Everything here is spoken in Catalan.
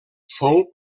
fou